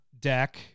deck